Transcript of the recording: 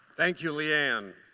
thank you, leanne.